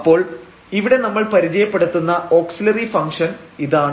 അപ്പോൾ ഇവിടെ നമ്മൾ പരിചയപ്പെടുത്തുന്ന ഓക്സില്ലറി ഫംഗ്ഷൻ ഇതാണ്